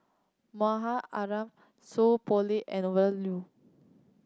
Mahmud Alam Seow Poh Leng and Ove Lu